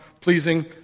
pleasing